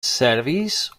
service